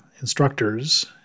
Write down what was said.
instructors